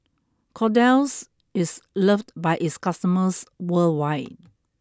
Kordel's is loved by its customers worldwide